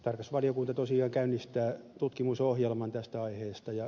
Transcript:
tarkastusvaliokunta tosiaan käynnistää tutkimusohjelman tästä aiheesta